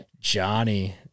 Johnny